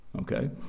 okay